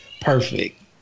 perfect